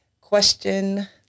question